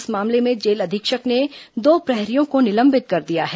इस मामले में जेल अधीक्षक ने दो प्रहरियों को निलंबित कर दिया है